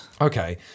Okay